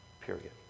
Period